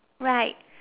right